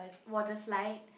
water slide